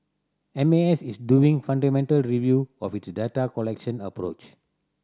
M A S is doing fundamental review of its data collection approach